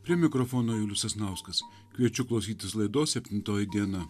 prie mikrofono julius sasnauskas kviečiu klausytis laidos septintoji diena